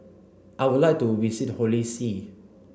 I would like to visit Holy See